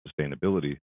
sustainability